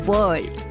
World